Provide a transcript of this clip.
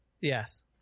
yes